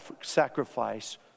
sacrifice